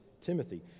Timothy